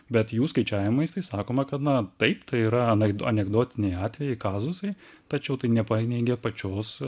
bet jų skaičiavimais tai sakoma kad na taip tai yra anek anekdotiniai atvejai kazusai tačiau tai nepaneigia pačios